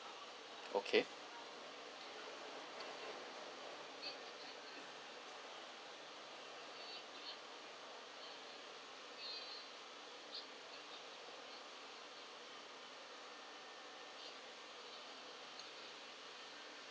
okay